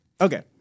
Okay